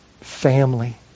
family